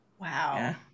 wow